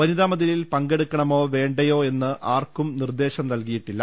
വനിതാമതിലിൽ പങ്കെടുക്കണമെന്നോ വേണ്ടെന്നോ ആർക്കും നിർദ്ദേശം നൽകിയിട്ടില്ല